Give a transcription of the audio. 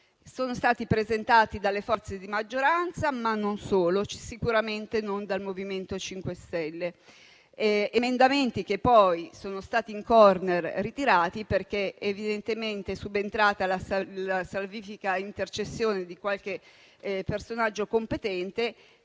sono stati presentati dalle forze di maggioranza, ma non solo, e sicuramente non dal MoVimento 5 Stelle. Tali emendamenti sono stati ritirati in *corner*, perché evidentemente è subentrata la salvifica intercessione di qualche personaggio competente,